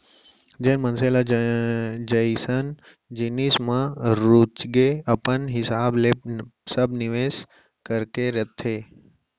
जेन मनसे ल जइसन जिनिस म रुचगे अपन हिसाब ले सब निवेस करके रखथे